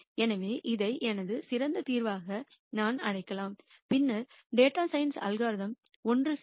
எனவே இதை எனது சிறந்த தீர்வாக நான் அழைக்கலாம் பின்னர் டேட்டா சயின்ஸ் அல்காரிதம் ஒன்று சேரும்